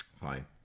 fine